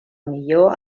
millor